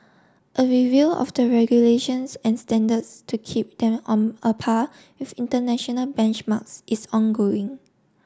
a review of the regulations and standards to keep them on a par with international benchmarks is ongoing